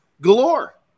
galore